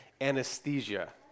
anesthesia